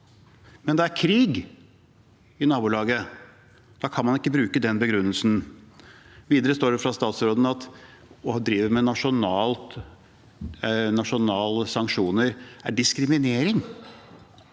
Men det er krig i nabolaget! Da kan man ikke bruke den begrunnelsen. Videre står det fra statsråden at å drive med nasjonale sanksjoner er diskriminering.